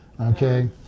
okay